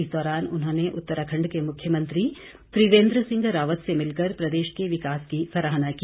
इस दौरान उन्होंने उत्तराखंड के मुख्यमंत्री त्रिवेन्द्र सिंह रावत से मिलकर प्रदेश के विकास की सराहना की